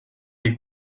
est